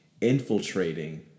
infiltrating